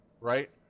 right